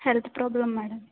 health problem madam